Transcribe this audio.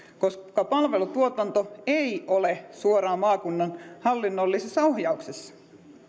koska palvelutuotanto ei ole suoraan maakunnan hallinnollisessa ohjauksessa